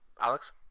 Alex